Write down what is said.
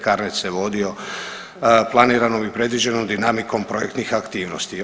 Carnet se vodio planiranom i predviđenom dinamikom projektnih aktivnosti.